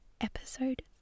episode